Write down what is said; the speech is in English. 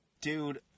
Dude